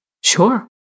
sure